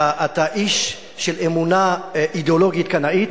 אתה איש של אמונה אידיאולוגית קנאית,